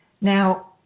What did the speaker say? Now